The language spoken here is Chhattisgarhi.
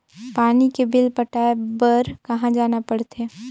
पानी के बिल पटाय बार कहा जाना पड़थे?